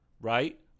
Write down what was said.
right